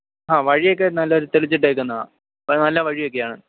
ആ വഴിയൊക്കെ നല്ലത് പോലെ തെളിച്ചിട്ടേക്കുന്നതാണ് ആ നല്ല വഴിയൊക്കെയാണ്